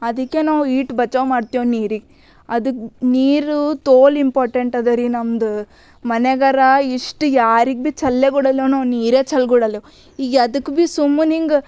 ಅದಕ್ಕೆ ನಾವು ಇಟ್ಟು ಬಚಾವ್ ಮಾಡ್ತೇವೆ ನೀರಿಗೆ ಅದು ನೀರು ತೋಲ್ ಇಂಪಾರ್ಟೆಂಟ್ ಅದರಿ ನಮ್ದು ಮನೆಗಾರ ಇಷ್ಟು ಯಾರಿಗೆ ಭೀ ಚೆಲ್ಲೆಗುಡೆವಲ್ಲವ ನಾವು ನೀರೆ ಚೆಲ್ಗುಳೆಲ್ಲವ್ ಯದಕ್ಕ ಭೀ ಸುಮ್ನೆ ಹಿಂಗೆ